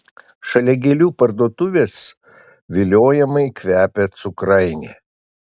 šalia gėlių parduotuvės viliojamai kvepia cukrainė